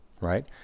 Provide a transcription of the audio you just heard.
right